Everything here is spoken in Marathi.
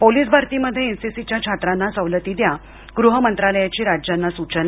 पोलीस भरती मध्ये एनसीसी च्या छात्रांना सवलती द्या गृह मंत्रालयाची राज्यांना सूचना